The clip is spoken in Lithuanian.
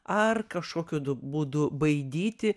ar kažkokiu būdu baidyti